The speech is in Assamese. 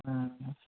অঁ